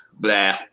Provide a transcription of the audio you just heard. blah